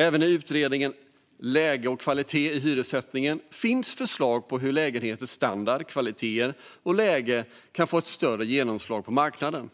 Även i utredningen Läge och kvalitet i hyressättning en finns förslag om hur lägenheters standard, kvalitet och läge också kan få ett större genomslag på marknaden.